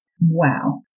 Wow